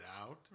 out